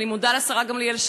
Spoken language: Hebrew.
ואני מודה לשרה גמליאל,